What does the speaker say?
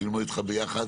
ללמוד איתך ביחד